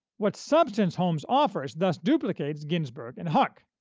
what substance holmes offers thus duplicates ginsburg and huq.